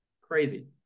crazy